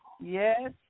Yes